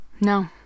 No